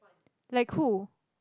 like who